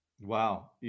Wow